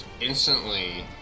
instantly